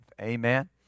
Amen